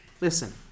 Listen